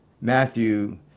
Matthew